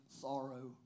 sorrow